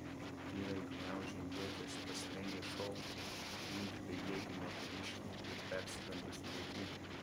vyrai gniaužė ietis pasirengę šokti ginti bejėgių moteriškių ir persigandusių vaikų